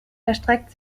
erstreckt